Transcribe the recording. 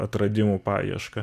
atradimų paiešką